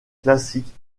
classique